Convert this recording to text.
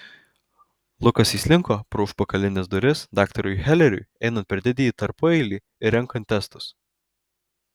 lukas įslinko pro užpakalines duris daktarui heleriui einant per didįjį tarpueilį ir renkant testus